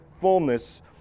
fullness